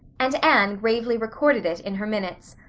and anne gravely recorded it in her minutes.